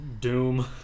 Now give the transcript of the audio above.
Doom